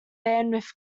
bandwidth